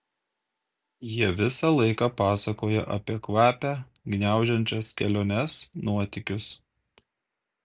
jie visą laiką pasakoja apie kvapią gniaužiančias keliones nuotykius